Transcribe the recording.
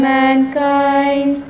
mankind